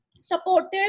supportive